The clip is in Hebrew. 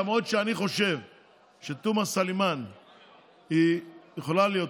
למרות שאני חושב שתומא סלימאן יכולה להיות,